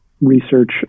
research